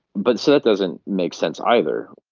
but so that doesn't make sense either.